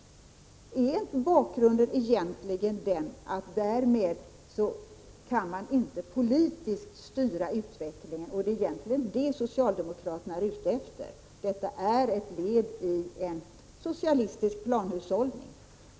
Är egentligen inte bakgrunden att man vill styra utvecklingen — är det inte det socialdemokraterna är ute efter. Detta är ett led i en socialistisk planhushållning.